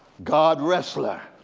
god wrestler.